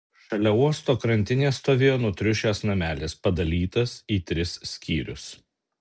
šalia uosto krantinės stovėjo nutriušęs namelis padalytas į tris skyrius